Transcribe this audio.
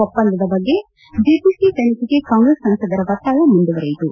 ಒಪ್ಪಂದದ ಬಗ್ಗೆ ಜೆಪಿಸಿ ತನಿಖೆಗೆ ಕಾಂಗ್ರೆಸ್ ಸಂಸದರ ಒತ್ತಾಯ ಮುಂದುವರೆಯಿತು